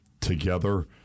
together